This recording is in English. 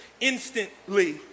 instantly